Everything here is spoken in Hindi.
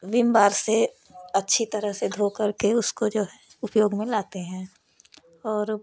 बिमबार से अच्छी तरह से धोकर के उसको जो है उपयोग में लाते हैं और